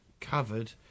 covered